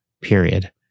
period